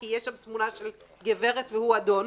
כי יש שם תמונה של גברת והוא אדון.